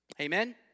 Amen